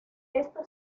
esto